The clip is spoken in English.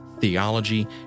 theology